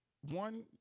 one